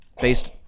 based